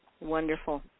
Wonderful